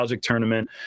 tournament